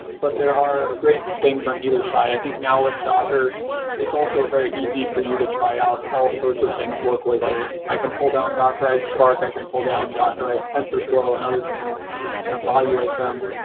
but there are great things on either side. i think, now, what docker it's also very easy for you to try out all sorts of things locally. like i i can pull down dockerized spark, i can pull down docker as tenzorflow and other things and evaluate them.